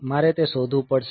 મારે તે શોધવું પડશે